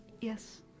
Yes